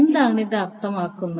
എന്താണ് ഇത് അർത്ഥമാക്കുന്നത്